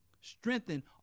strengthen